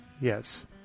Yes